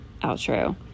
outro